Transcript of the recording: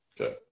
Okay